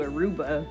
Aruba